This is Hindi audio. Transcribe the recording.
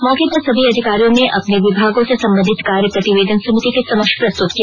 मौके पर सभी अधिकारियों ने अपने विभागों से संबंधित कार्य प्रतिवेदन समिति के समक्ष प्रस्तुत किया